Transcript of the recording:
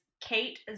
Kate